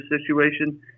situation